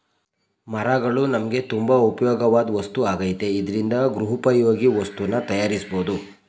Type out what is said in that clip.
ಮರಗಳು ನಮ್ಗೆ ತುಂಬಾ ಉಪ್ಯೋಗವಾಧ್ ವಸ್ತು ಆಗೈತೆ ಇದ್ರಿಂದ ಗೃಹೋಪಯೋಗಿ ವಸ್ತುನ ತಯಾರ್ಸ್ಬೋದು